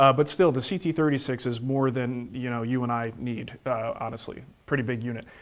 ah but still, the c t three six is more than, you know, you and i need honestly. pretty big unit.